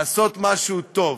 לעשות משהו טוב.